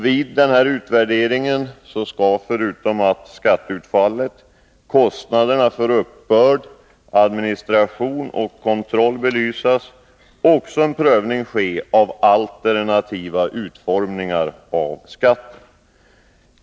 Vid denna utvärdering skall förutom skatteutfallet kostnaderna för uppbörd, administration och kontroll belysas, och dessutom skall en prövning ske av alternativa skatteformer.